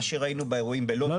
מה שראינו באירועים בלוד --- לא,